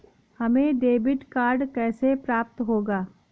हमें debit card कैसे प्राप्त होगा?